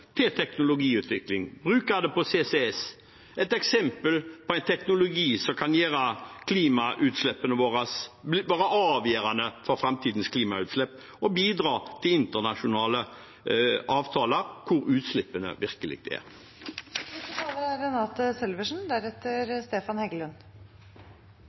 til teknologiutvikling, bruke det på CCS, et eksempel på en teknologi som kan være avgjørende for framtidens klimautslipp og bidra til internasjonale avtaler der utslippene virkelig er.